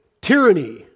tyranny